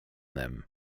them